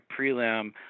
prelim